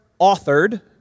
authored